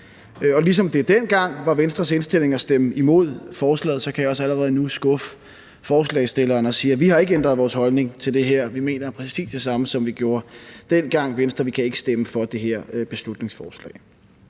Ligesom det dengang var Venstres indstilling at stemme imod forslaget, kan jeg også allerede nu skuffe forslagsstillerne og sige, at vi ikke har ændret vores holdning til det her. Vi mener præcis det samme, som vi gjorde dengang, i Venstre, og vi kan ikke stemme for det her beslutningsforslag.